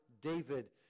David